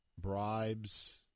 bribes